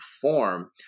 form